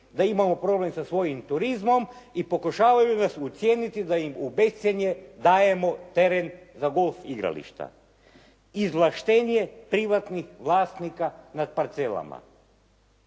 da imamo problem sa svojim turizmom i pokušavaju nas ucijeniti da im u bescjenje dajemo teren za golf igrališta. Izvlaštenje privatnih vlasnika nad parcelama.